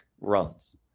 runs